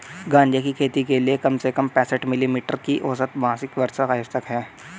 गांजे की खेती के लिए कम से कम पैंसठ मिली मीटर की औसत मासिक वर्षा आवश्यक है